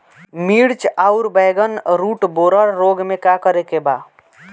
मिर्च आउर बैगन रुटबोरर रोग में का करे के बा?